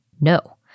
No